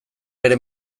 bere